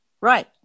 right